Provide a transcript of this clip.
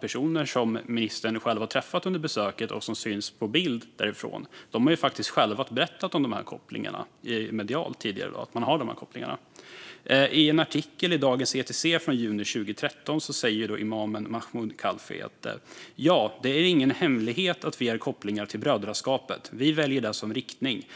personer som ministern själv träffade under besöket och syns på bild med därifrån har tidigare själva berättat i medierna att man har de här kopplingarna. I en artikel i Dagens ETC från juni 2013 säger imamen Mahmoud Khalfi: Ja, det är ingen hemlighet att vi har kopplingar till brödraskapet. Vi väljer det som riktning.